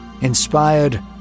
inspired